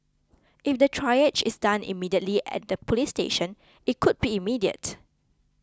if the triage is done immediately at the police station it could be immediate